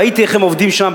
ראיתי איך הם עובדים שם,